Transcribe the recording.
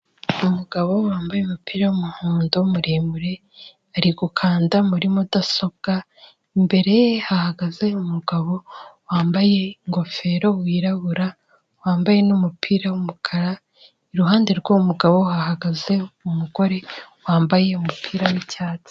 Umugabo wambaye umupira wumuhondo, muremure, ari gukanda muri mudasobwa, imbere ahahagaze umugabo wambaye ingofero wirabura wambaye n'umupira wumukara, iruhande rwumugabo hahagaze ugore wambaye umupira w'icyatsi.